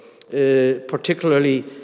particularly